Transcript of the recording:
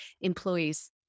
employees